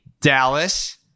Dallas